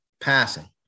passing